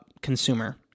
consumer